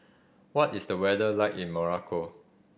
what is the weather like in Morocco